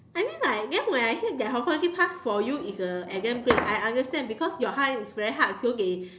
I mean like guess when I said that honorary pass for you is a an exam grade I understand because your kind is very hard so they